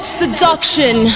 seduction